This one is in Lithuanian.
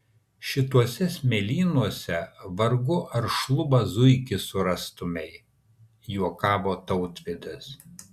šituose smėlynuose vargu ar šlubą zuikį surastumei juokavo tautvydas